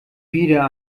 wieder